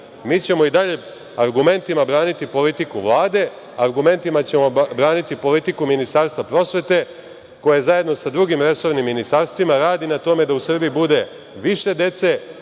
ćemo i dalje argumentima braniti politiku Vlade, argumentima ćemo braniti politiku Ministarstva prosvete, koje zajedno sa drugim resornim ministarstvima radi na tome da u Srbiji bude više dece,